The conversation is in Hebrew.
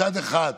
מצד אחד,